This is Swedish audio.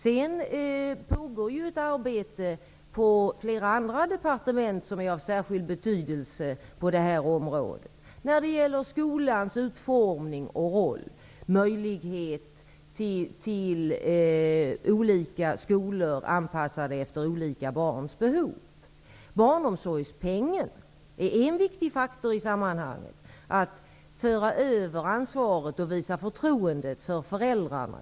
Det pågår också på flera andra departement ett arbete som är av särskild betydelse på det här området. Det gäller exempelvis arbetet kring skolans utformning och roll och möjligheten att välja olika skolor, som är anpassade efter olika barns behov. Barnomsorgspengen är en viktig faktor i sammanhanget. Den innebär att vi för över ansvaret och visar förtroende för föräldrarna.